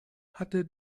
hatte